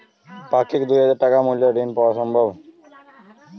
পাক্ষিক দুই হাজার টাকা মূল্যের ঋণ পাওয়া সম্ভব?